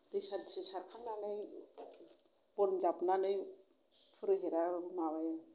दै सान्थि सारखांनानै बन जाबनानै फुरहिथ माबायो